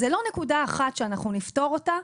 זה לא נקודה אחת שאנחנו נפתור אותה,